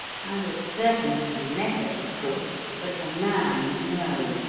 i was certain of the method, of course but the man no.